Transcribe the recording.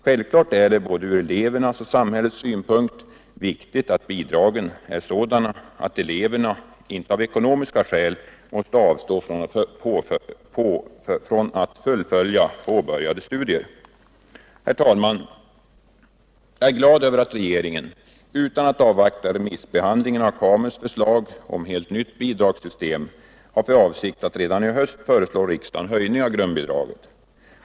Självklart är det ur både elevernas och samhällets synpunkt viktigt att bidragen är sådana att eleverna inte av ekonomiska skäl måste avstå från att fullfölja påbörjade studier. Herr talman! Jag är glad över att regeringen utan att avvakta remissbehandlingen av KAMUS:s förslag om helt nytt bidragssystem har för avsikt att redan i höst föreslå riksdagen höjning av grundbidraget.